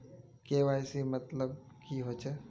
KYC मतलब की होचए?